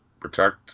protect